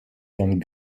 ihren